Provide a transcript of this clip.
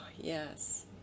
yes